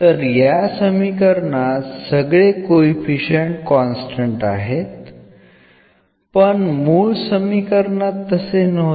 तर या समीकरणात सगळे कोइफिशिअंट कॉन्स्टन्ट आहेत पण मूळ समीकरणात तसे नव्हते